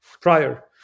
prior